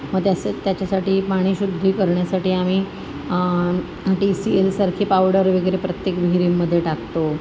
मग त्याचं त्याच्यासाठी पाणी शुद्धी करण्यासाठी आम्ही डी सी एलसारखी पावडर वगैरे प्रत्येक विहिरींमध्ये टाकतो